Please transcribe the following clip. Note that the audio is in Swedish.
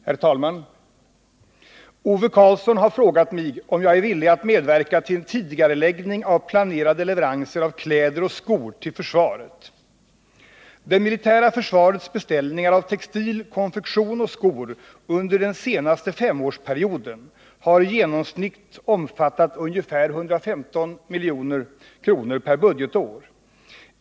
Herr talman! Ove Karlsson har frågat mig om jag är villig att medverka till en tidigareläggning av planerade leveranser av kläder och skor till försvaret. Det militära försvarets beställningar av textil, konfektion och skor under den senaste femårsperioden har genomsnittligt omfattat ungefär 115 milj.kr. per budgetår.